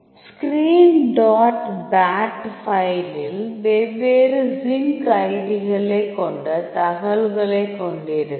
screen dot pad ஃபைலில் வெவ்வேறு sync ஐடிகளைக் கொண்ட தகவலைக் கொண்டிருக்கும்